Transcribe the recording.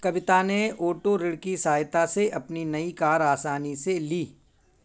कविता ने ओटो ऋण की सहायता से अपनी नई कार आसानी से ली